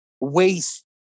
waste